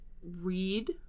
Read